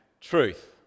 truth